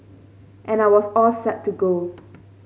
and I was all set to go